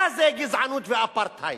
מה זה גזענות ואפרטהייד?